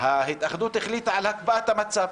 ההתאחדות החליטה על הקפאת המצב.